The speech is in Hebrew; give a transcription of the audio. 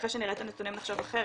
שאחרי שנראה את הנתונים נחשוב אחרת.